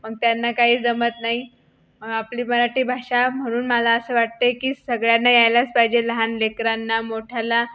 मग त्यांना काही जमत नाही आपली मराठी भाषा म्हणून मला असं वाटते की सगळ्यांना यायलाच पाहिजे लहान लेकरांना मोठ्याला